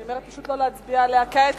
אני אומרת פשוט לא להצביע עליה כעת.